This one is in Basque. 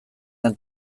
den